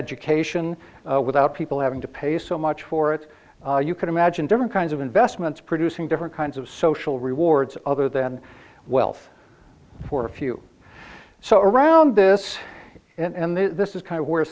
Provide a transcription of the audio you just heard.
education without people having to pay so much for it you can imagine different kinds of investments producing different kinds of social rewards other than wealth for a few so around this and this is kind of where